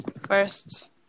first